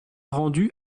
rendus